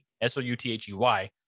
S-O-U-T-H-E-Y